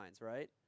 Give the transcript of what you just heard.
right